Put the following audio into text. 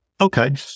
Okay